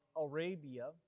Arabia